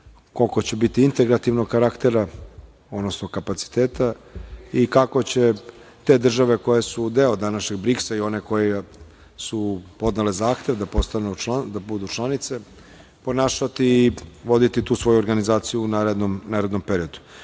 koliko će biti integrativnog karaktera, odnosno kapaciteta i kako će te države koje su deo današnjeg BRIKS-a i one koje su podnele zahtev da budu članice, ponašati i voditi tu svoju organizaciju u narednom periodu. Da